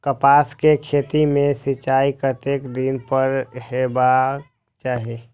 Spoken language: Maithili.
कपास के खेती में सिंचाई कतेक दिन पर हेबाक चाही?